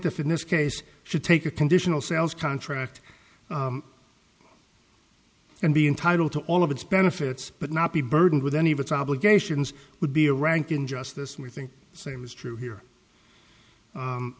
f in this case should take a conditional sales contract and be entitled to all of its benefits but not be burdened with any of its obligations would be a rank injustice and we think the same is true here